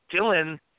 Dylan